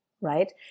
right